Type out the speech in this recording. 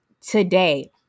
today